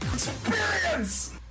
EXPERIENCE